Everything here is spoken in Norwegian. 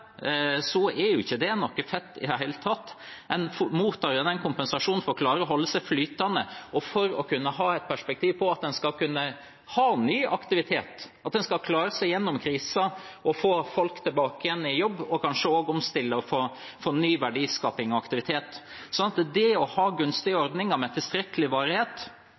ikke noe fett i det hele tatt. En mottar den kompensasjonen for å klare å holde seg flytende, og for å kunne ha et perspektiv på at en skal kunne ha ny aktivitet, at en skal klare seg gjennom krisen og få folk tilbake igjen i jobb, og kanskje også omstille og få ny verdiskaping og aktivitet. Så det å ha gunstige ordninger med tilstrekkelig